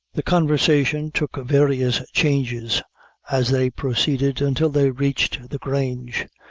the conversation took various changes as they proceeded, until they reached the grange,